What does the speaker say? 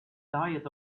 diet